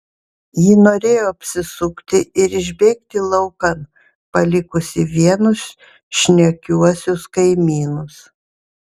ji norėjo apsisukti ir išbėgti laukan palikusi vienus šnekiuosius kaimynus